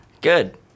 Good